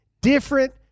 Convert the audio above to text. different